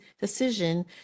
decision